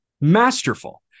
Masterful